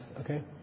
okay